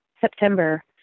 September